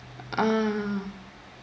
ah